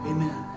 Amen